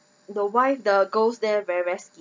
the wife the girls there very very skinny